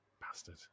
Bastard